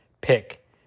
pick